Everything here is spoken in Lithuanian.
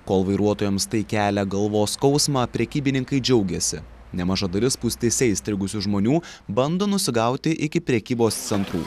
kol vairuotojams tai kelia galvos skausmą prekybininkai džiaugiasi nemaža dalis spūstyse įstrigusių žmonių bando nusigauti iki prekybos centrų